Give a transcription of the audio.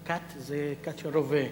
"קת" זה קת של רובה.